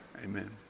Amen